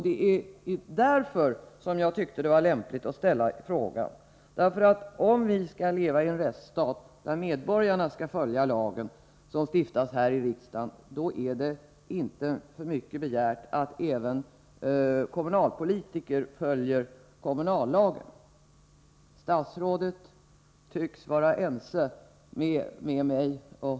Det är därför jag tyckte det var lämpligt att ställa frågan. Om vi skall ha en rättsstat där vi kräver att medborgarna skall följa de lagar som stiftas här i riksdagen, då är det inte för mycket begärt att kommunalpolitiker skall följa kommunallagen. Statsrådet tycks vara ense med mig på den punkten.